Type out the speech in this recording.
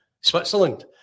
Switzerland